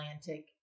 Atlantic